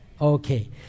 Okay